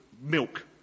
milk